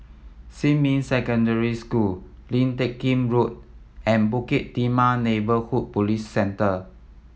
Xinmin Secondary School Lim Teck Kim Road and Bukit Timah Neighbourhood Police Centre